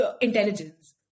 intelligence